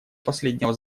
последнего